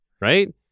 right